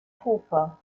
hofer